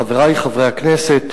חברי חברי הכנסת,